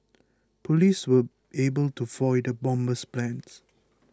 police were able to foil the bomber's plans